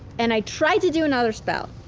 and i try to do another spell,